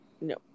No